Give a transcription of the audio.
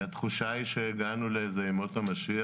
התחושה היא שהגענו לאיזה ימות המשיח,